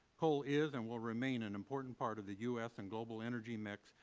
coal is and will remain an important part of the u s. and global energy mix,